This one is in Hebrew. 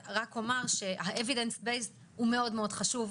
ה- evidence based הוא מאוד חשוב.